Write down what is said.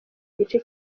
igice